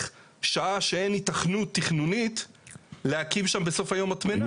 שעה שאין היתכנות תכנונית להקים שם בסוף היום מטמנה.